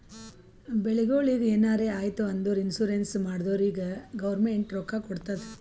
ಬೆಳಿಗೊಳಿಗ್ ಎನಾರೇ ಆಯ್ತು ಅಂದುರ್ ಇನ್ಸೂರೆನ್ಸ್ ಮಾಡ್ದೊರಿಗ್ ಗೌರ್ಮೆಂಟ್ ರೊಕ್ಕಾ ಕೊಡ್ತುದ್